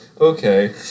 okay